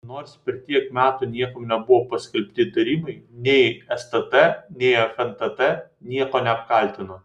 nors per tiek metų niekam nebuvo paskelbti įtarimai nei stt nei fntt nieko neapkaltino